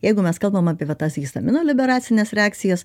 jeigu mes kalbam apie va tas histamino liberacines reakcijas